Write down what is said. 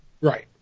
Right